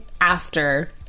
after-